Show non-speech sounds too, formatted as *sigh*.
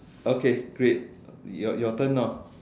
okay *breath* great your your turn now